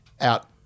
out